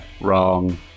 Wrong